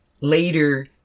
Later